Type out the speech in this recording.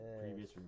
previous